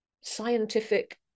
scientific